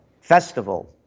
festival